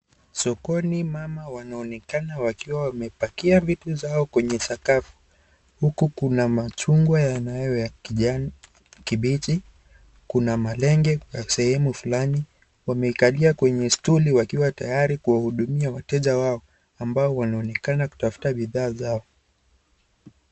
Sokoni mama wanaonekana wakiwa wamebakia vitu zao kwenye sakafu. Huku ku na machungwa ya kijani kipichi, Kuna malenge kwa sehemu fulani. Wamevalia kwenye stool tayari kuwa hudumia wateja wao ambao wanaonekana kutafuta bidhaa zao.